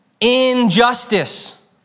injustice